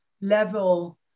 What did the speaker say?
level